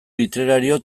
literario